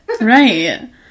Right